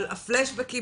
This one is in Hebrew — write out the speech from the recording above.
אבל הפלאשבקים,